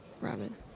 Robin